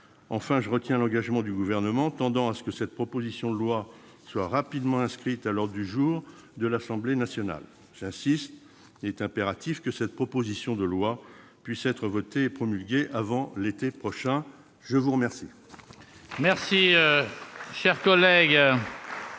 Enfin, je retiens l'engagement du Gouvernement que cette proposition de loi soit rapidement inscrite à l'ordre du jour de l'Assemblée nationale. J'y insiste, il est impératif que cette proposition de loi puisse être votée et promulguée avant l'été prochain. Personne ne